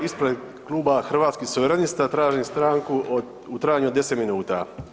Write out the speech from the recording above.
Ispred Kluba Hrvatskih suverenista tražim stanku u trajanju od 10 minuta.